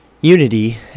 unity